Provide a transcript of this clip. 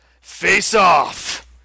face-off